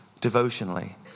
devotionally